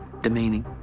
demeaning